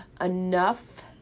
enough